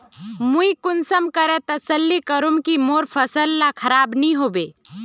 मुई कुंसम करे तसल्ली करूम की मोर फसल ला खराब नी होबे?